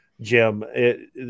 Jim